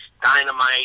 dynamite